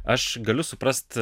aš galiu suprast